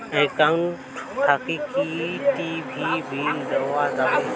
Account থাকি কি TV bill দেওয়া যাবে?